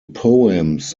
poems